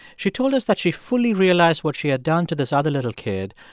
she told us that she fully realized what she had done to this other little kid,